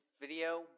video